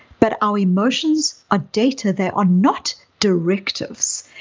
but our emotions are data that are not directives.